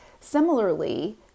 Similarly